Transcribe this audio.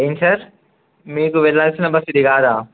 ఏం సార్ మీకు వెళ్ళాల్సిన బస్ ఇది కాదా